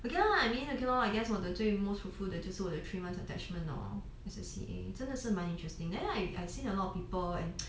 okay lah I mean okay lor I guess 我的最 most fruitful 的就是我的的 three months attachment lor as a C_A 真的是蛮 interesting then like I've seen a lot of people and